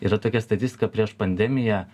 yra tokia statistika prieš pandemiją